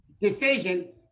decision